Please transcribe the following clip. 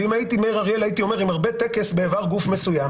ואם הייתי מאיר אריאל הייתי אומר עם הרבה טקס באיבר גוף מסוים